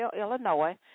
Illinois